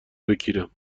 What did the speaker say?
بکیرم